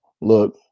look